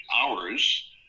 hours